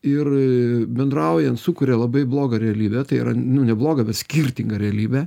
ir bendraujant sukuria labai blogą realybę tai yra nu neblogą bet skirtingą realybę